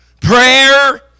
Prayer